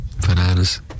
Bananas